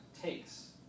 takes